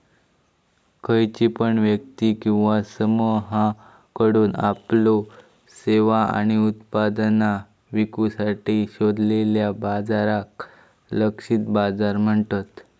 खयची पण व्यक्ती किंवा समुहाकडुन आपल्यो सेवा आणि उत्पादना विकुसाठी शोधलेल्या बाजाराक लक्षित बाजार म्हणतत